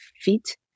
feet